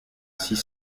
six